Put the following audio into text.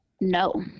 No